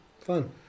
Fun